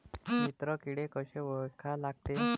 मित्र किडे कशे ओळखा लागते?